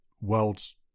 world's